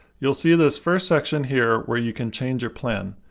you'll see this first section here where you can change your plan,